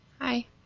Hi